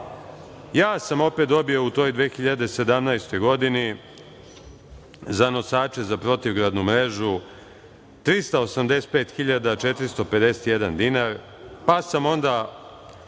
Ja sam opet dobio u toj 2017. godini za nosače za protivgradnu mrežu 385.451 dinar, pa sam onda